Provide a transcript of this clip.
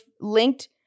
linked